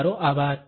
તમારો આભાર